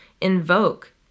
invoke